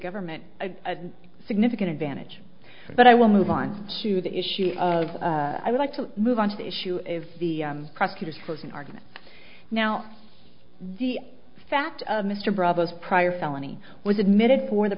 government a significant advantage but i will move on to the issue of i would like to move on to the issue if the prosecutors for an argument now the fact of mr bravos prior felony was admitted for the